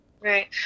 Right